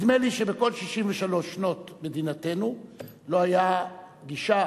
נדמה לי שבכל 63 שנות מדינתנו לא היתה גישה